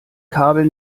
kabel